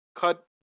cut –